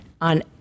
on